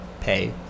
pay